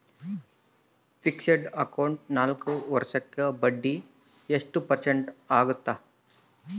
Fixed account ನಾಲ್ಕು ವರ್ಷಕ್ಕ ಬಡ್ಡಿ ಎಷ್ಟು ಪರ್ಸೆಂಟ್ ಆಗ್ತದ?